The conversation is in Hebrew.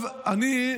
אני,